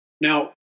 Now